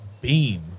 beam